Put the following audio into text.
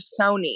Sony